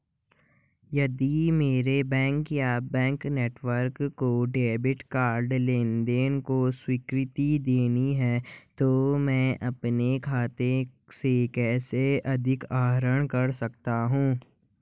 यदि मेरे बैंक या बैंक नेटवर्क को डेबिट कार्ड लेनदेन को स्वीकृति देनी है तो मैं अपने खाते से कैसे अधिक आहरण कर सकता हूँ?